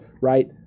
right